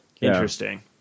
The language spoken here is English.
Interesting